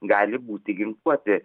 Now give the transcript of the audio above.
gali būti ginkluoti